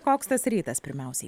koks tas rytas pirmiausiai